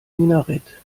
minarett